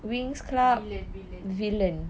villian villain